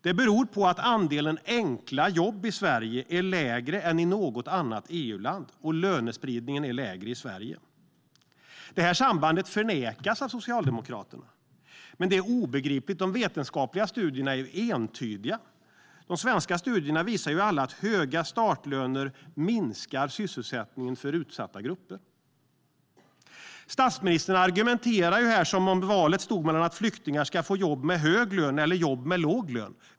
Det beror på att andelen enkla jobb är mindre i Sverige än i något annat EU-land och att lönespridningen är mindre i Sverige. Det sambandet förnekas av Socialdemokraterna, och det är obegripligt - de vetenskapliga studierna är entydiga. De svenska studierna visar alla att höga startlöner minskar sysselsättningen för utsatta grupper. Statsministern argumenterar här som om valet stod mellan att flyktingar ska få jobb med hög lön och att flyktingar ska få jobb med låg lön.